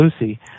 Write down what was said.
Lucy